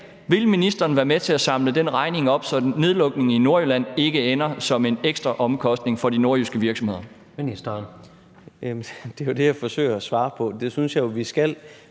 Vil ministeren være med til at samle den regning op, så en nedlukning i Nordjylland ikke ender som en ekstra omkostning for de nordjyske virksomheder? Kl. 16:49 Tredje næstformand (Jens Rohde): Ministeren.